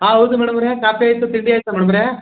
ಹಾಂ ಹೌದು ಮೇಡಮವ್ರೇ ಕಾಪಿ ಆಯಿತು ತಿಂಡಿ ಆಯ್ತಾ ಮೇಡಮವ್ರೇ